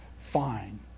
fine